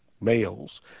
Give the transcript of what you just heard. males